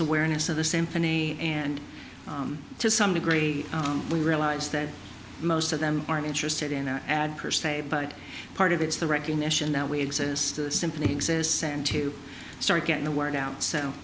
awareness of the same fanie and to some degree we realize that most of them aren't interested in ad per se but part of it's the recognition that we exist simply exists and to start getting the word out so